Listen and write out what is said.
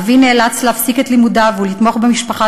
אבי נאלץ להפסיק את לימודיו ולתמוך במשפחה,